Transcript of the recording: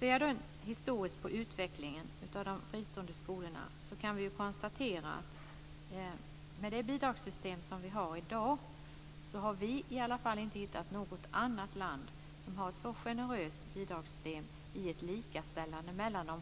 Om man ser historiskt på utvecklingen av de fristående skolorna och det bidragssystem som vi har, kan man konstatera att vi inte har kunnat hittat något annat land som har ett så generöst bidragssystem i ett likställande mellan de